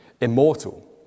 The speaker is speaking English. immortal